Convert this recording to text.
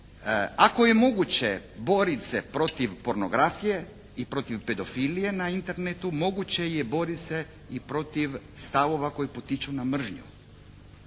Ako je moguće boriti se protiv pornografije i protiv pedofilije na Internetu moguće je boriti se i protiv stavova koji potiču na mržnju.